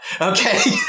okay